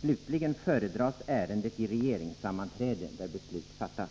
Slutligen föredras ärendet i regeringssammanträde, där beslut fattas.